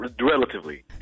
relatively